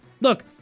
look